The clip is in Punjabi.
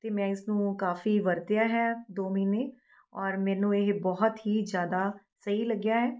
ਅਤੇ ਮੈਂ ਇਸ ਨੂੰ ਕਾਫੀ ਵਰਤਿਆ ਹੈ ਦੋ ਮਹੀਨੇ ਔਰ ਮੈਨੂੰ ਇਹ ਬਹੁਤ ਹੀ ਜ਼ਿਆਦਾ ਸਹੀ ਲੱਗਿਆ ਹੈ